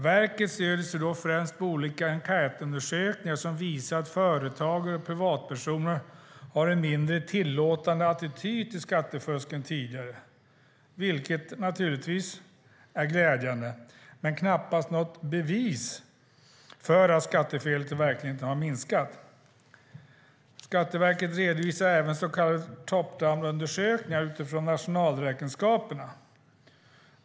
Verket stöder sig då främst på olika enkätundersökningar som visar att företagare och privatpersoner har en mindre tillåtande attityd till skattefusk än tidigare. Det är naturligtvis glädjande men knappast något bevis för att skattefelet i verkligheten har minskat. Skatteverket redovisar även så kallade top-down-undersökningar utifrån nationalräkenskaperna.